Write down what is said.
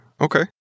Okay